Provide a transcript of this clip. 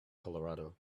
colorado